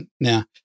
Now